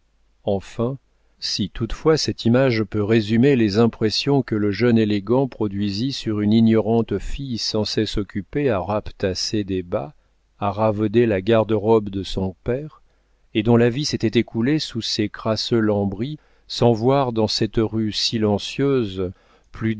enfin si toutefois cette image peut résumer les impressions que le jeune élégant produisit sur une ignorante fille sans cesse occupée à rapetasser des bas à ravauder la garde-robe de son père et dont la vie s'était écoulée sous ces crasseux lambris sans voir dans cette rue silencieuse